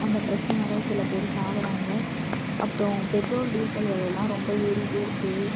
அந்தப் பிரச்சனையால் சில பேர் சாவுகிறாங்க அப்புறம் பெட்ரோல் டீசல் விலைலாம் ரொம்ப ஏறிகிட்டே இருக்குது